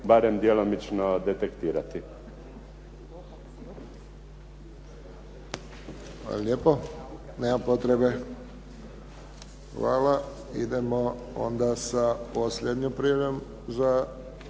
barem djelomično detektirati.